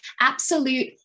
Absolute